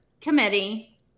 committee